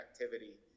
activity